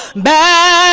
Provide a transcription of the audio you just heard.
by